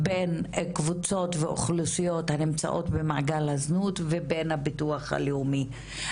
בין קבוצות ואוכלוסיות הנמצאות במעגל הזנות ובין הביטוח הלאומי.